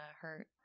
hurt